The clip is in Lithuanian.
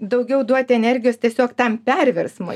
daugiau duoti energijos tiesiog tam perversmui